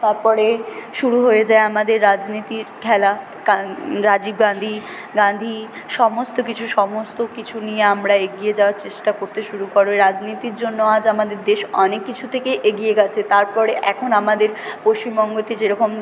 তার পরে শুরু হয়ে যায় আমাদের রাজনীতির খেলা রাজীব গান্ধি গান্ধি সমস্ত কিছু সমস্ত কিছু নিয়ে আমরা এগিয়ে যাওয়ার চেষ্টা করতে শুরু করে রাজনীতির জন্য আজ আমাদের দেশ অনেক কিছু থেকে এগিয়ে গেছে তার পরে এখন আমাদের পশ্চিমবঙ্গতে যে রকম